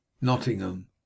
Nottingham